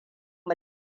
mu